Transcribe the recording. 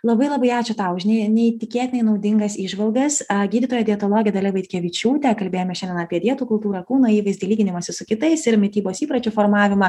labai labai ačiū tau už neįtikėtinai naudingas įžvalgas gydytoja dietologė dalia vaitkevičiūtė kalbėjome šiandien apie dietų kultūrą kūno įvaizdį lyginimąsi su kitais ir mitybos įpročių formavimą